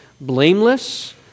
blameless